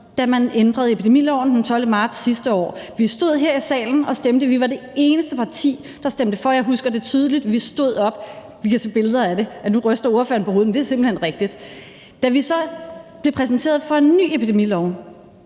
da man ændrede epidemiloven den 12. marts sidste år. Vi stod her i salen og stemte, og vi var det eneste parti, der stemte for, og jeg husker det tydeligt. Vi stod op, vi kan se billeder af det. Nu ryster ordføreren på hovedet, men det er simpelt hen rigtigt. Da vi så blev præsenteret for en ny epidemilov,